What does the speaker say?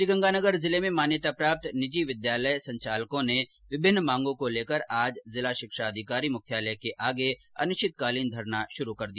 श्रीगंगानगर जिले में मान्यताप्राप्त निजी विद्यालय संचालकों ने विभिन्न मांगों को लेकर आज जिला शिक्षा अधिकारी मुख्यालय के आगे अनिश्चितकालीन धरना शुरू कर दिया